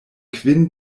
kvin